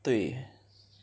对